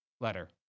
letter